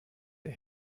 der